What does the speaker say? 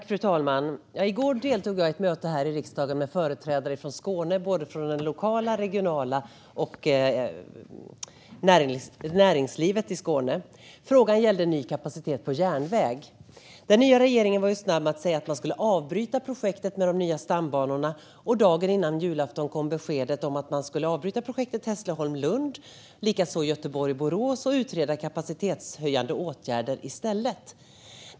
Fru talman! I går deltog jag i ett möte här i riksdagen med företrädare från Skåne, både från lokal och regional nivå och från näringslivet. Frågan gällde ny kapacitet på järnväg. Den nya regeringen var snabb med att säga att man skulle avbryta projektet med de nya stambanorna, och dagen före julafton kom beskedet att man skulle avbryta projektet Hässleholm-Lund liksom Göteborg-Borås och utreda kapacitetshöjande åtgärder i stället.